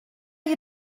you